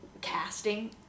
casting